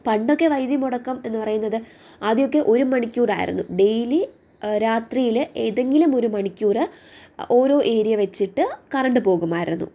പണ്ടൊക്കെ വെദ്യുതി മുടക്കം എന്ന് പറയുന്നത് ആദ്യമൊക്കെ ഒരു മണിക്കൂറായിരുന്നു ഡെയിലി രാത്രിയില് ഏതെങ്കിലും ഒരു മണിക്കൂറ് ഓരോ ഏരിയ വച്ചിട്ട് കറണ്ട് പോകുമായിരുന്നു